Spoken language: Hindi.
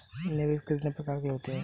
निवेश कितने प्रकार के होते हैं?